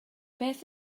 beth